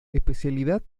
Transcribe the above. especialidad